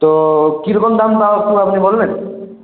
তো কিরকম দাম তাও একটু আপনি বলবেন